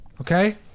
Okay